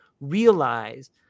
realize